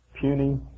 puny